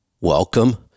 Welcome